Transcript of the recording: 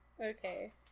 Okay